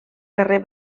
carrer